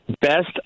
Best